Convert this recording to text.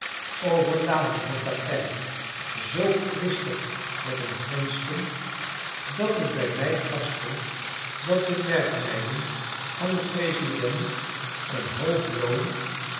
overlaadden het tapijt zoo kwistig met hun gunsten dat het bij mi vaststond dat de werkmeiden van den president een hoog loon